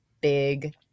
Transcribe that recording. big